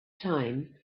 time